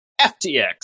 FTX